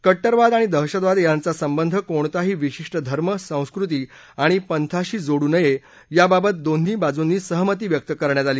कट्टरवाद आणि दहशतवाद यांचा संबंध कोणताही विशिष्ट धर्म संस्कृती आणि पंथाशी जोडू नये याबाबत दोन्ही बाजूनी सहमती व्यक्त करण्यात आली